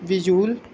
visual